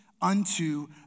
unto